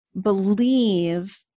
believe